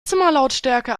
zimmerlautstärke